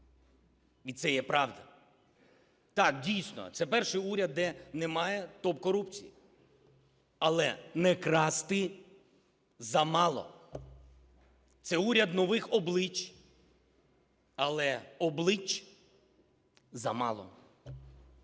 І це є правда. Так, дійсно, це перший уряд, де немає топ-корупції. Але не красти – замало. Це уряд нових облич. Але облич замало.